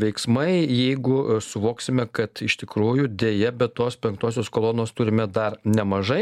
veiksmai jeigu suvoksime kad iš tikrųjų deja bet tos penktosios kolonos turime dar nemažai